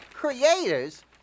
Creators